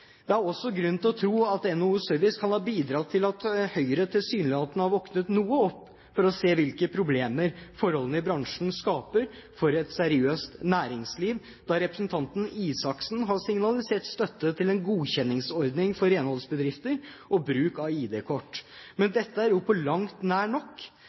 Det er også grunn til å tro at NHO Service kan ha bidratt til at Høyre tilsynelatende har våknet noe opp for å se hvilke problemer forholdene i bransjen skaper for et seriøst næringsliv, i og med at representanten Isaksen har signalisert støtte til en godkjenningsordning for renholdsbedrifter og bruk av ID-kort. Men dette er ikke på langt nær nok.